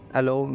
Hello